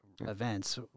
events